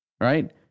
right